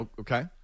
Okay